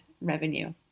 revenue